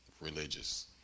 religious